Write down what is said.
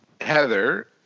Heather